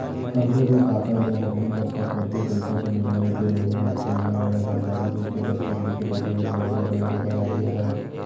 कखरो भी खाता ले नकली दस्कत करके पइसा के निकलई ते उही मनखे ले गलत जानकारी देय के दस्कत लेके पइसा निकलई ह बेंक धोखाघड़ी हरय